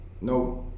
no